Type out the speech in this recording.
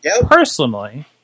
personally